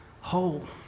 whole